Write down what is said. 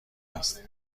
است